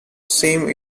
same